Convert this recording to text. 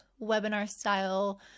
webinar-style